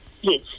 Yes